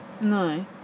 No